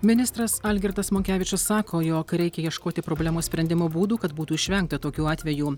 ministras algirdas monkevičius sako jog reikia ieškoti problemos sprendimo būdų kad būtų išvengta tokių atvejų